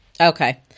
okay